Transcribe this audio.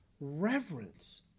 reverence